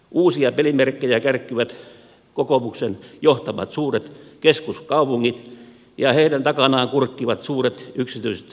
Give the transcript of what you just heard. uusia pelimerkkejä kärkkyvät kokoomuksen johtamat suuret keskuskaupungit ja heidän takanaan kurkkivat suuret yksityiset palveluntuottajat